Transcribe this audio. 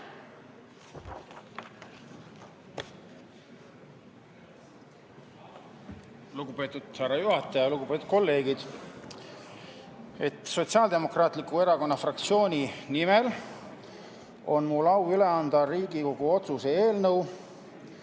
Lugupeetud härra juhataja! Lugupeetud kolleegid! Sotsiaaldemokraatliku Erakonna fraktsiooni nimel on mul au üle anda Riigikogu otsuse eelnõu